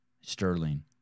Sterling